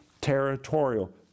territorial